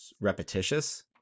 repetitious